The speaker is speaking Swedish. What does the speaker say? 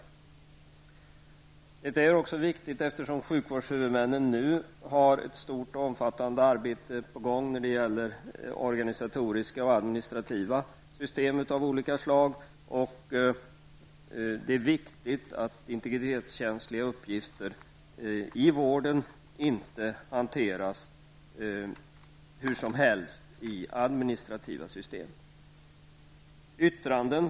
Detta är viktigt också därför att sjukvårdshuvudmännen nu har ett stort och omfattande arbete på gång när det gäller organisatoriska och administrativa system av olika slag. Det är viktigt att integritetskänsliga uppgifter i vården inte hanteras hur som helst i administrativa system.